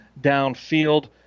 downfield